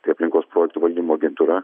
tai aplinkos projektų valdymo agentūra